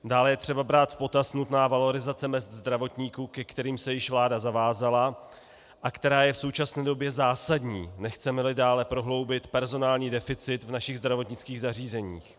Dále je třeba brát v potaz nutnou valorizaci mezd zdravotníků, ke které se již vláda zavázala a která je v současné době zásadní, nechcemeli dále prohloubit personální deficit v našich zdravotnických zařízeních.